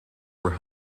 were